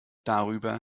darüber